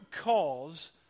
cause